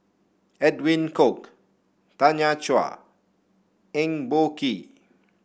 Edwin Koek Tanya Chua Eng Boh Kee